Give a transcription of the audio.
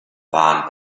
waren